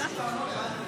זה יותר טוב.